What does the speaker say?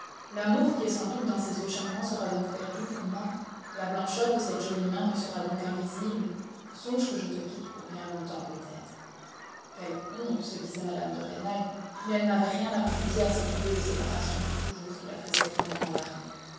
l'amour qui est sans doute dans ces yeux charmants sera donc perdu pour moi la blancheur de cette jolie main me sera donc invisible songe que je te quitte pour bien longtemps peut-être quelle honte se disait mme de rênal mais elle n'avait rien à refuser à cette idée de séparation pour toujours qui la faisait fondre en larmes